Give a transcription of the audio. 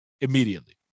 immediately